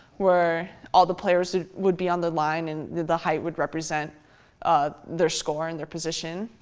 where all the players would be on the line and the the height would represent their score and their position.